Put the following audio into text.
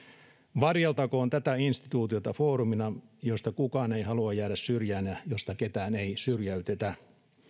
varjeltakoon tätä instituutiota foorumina josta kukaan ei halua jäädä syrjään ja josta ketään ei syrjäytetä